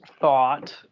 thought